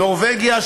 נורבגיה,